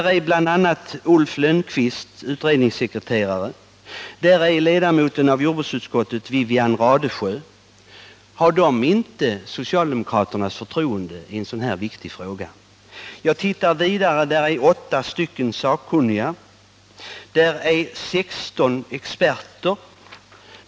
Jag finner bl.a. Ulf Lönnqvist, utredningssekreterare, och ledamoten av jordbruksutskottet Wivi-Anne Radesjö. Har de inte socialdemokraternas förtroende i en sådan här viktig fråga? Vidare ser jag åtta sakkunniga och sexton experter.